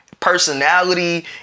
personality